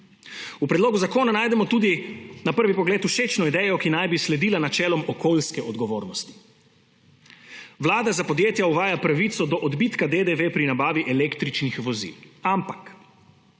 V predlogu zakona najdemo tudi na prvi pogled všečno idejo, ki naj bi sledila načelom okoljske odgovornosti. Vlada za podjetja uvaja pravico do odbitka DDV pri nabavi električnih vozil, ampak